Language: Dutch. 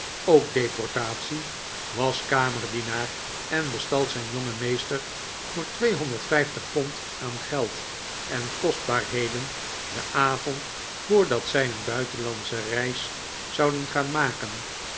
ook deportatie was kamerdienaar en bestal zijn jongen meester voor tweehonderd vijftig pond aan geld en kostbaarheden den avond voordat zij een buitenlandsche reis zouden gaan maken